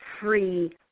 free